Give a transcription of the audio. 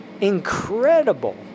Incredible